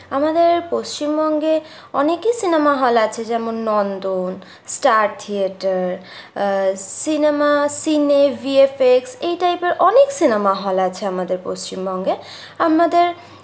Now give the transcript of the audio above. আমাদের পশ্চিমবঙ্গে অনেকই সিনেমা হল আছে যেমন Nandan star theatre cinema cine V F X এই টাইপের অনেক সিনেমা হল আছে আমাদের পশিমবঙ্গে আমাদের